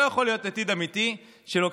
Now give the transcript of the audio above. לא יכול להיות עתיד אמיתי כשלוקחים